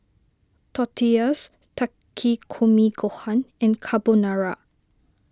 Tortillas Takikomi Gohan and Carbonara